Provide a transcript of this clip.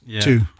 two